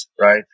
right